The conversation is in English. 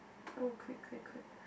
oh quick quick quick